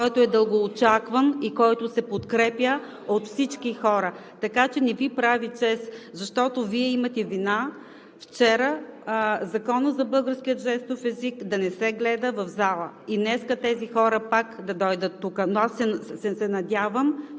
който е дългоочакван и който се подкрепя от всички хора? Не Ви прави чест, защото Вие имате вина Законът за българския жестов език да не се гледа вчера в залата и днес тези хора пак да дойдат тук, но аз се надявам,